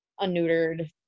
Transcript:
unneutered